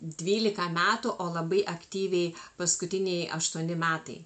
dvylika metų o labai aktyviai paskutiniai aštuoni metai